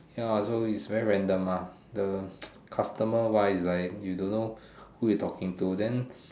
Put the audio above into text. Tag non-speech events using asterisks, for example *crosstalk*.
ya so is very random ah the *noise* customer wise is like you don't know who you're talking to then